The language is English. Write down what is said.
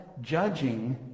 judging